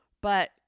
But-